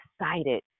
excited